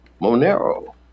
Monero